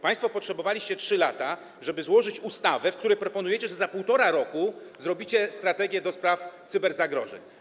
Państwo potrzebowaliście 3 lat, żeby złożyć ustawę, w której proponujecie, że za 1,5 roku zrobicie strategię ds. cyberzagrożeń.